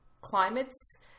climates